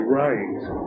right